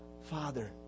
father